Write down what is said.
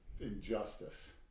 injustice